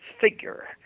figure